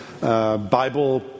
Bible